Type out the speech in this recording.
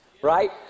right